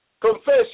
Confess